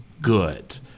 good